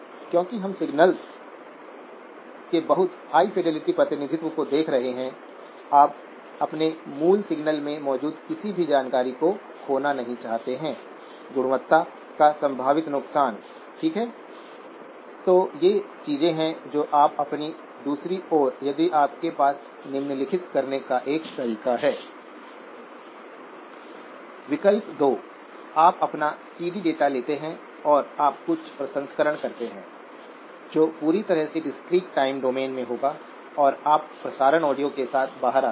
और यदि आप दोनों के बीच अलगाव देखते हैं तो गेट एक यूनिट द्वारा ऊपर चला गया है तो ड्रेन गेन यूनिटस से गिर गई है